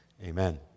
Amen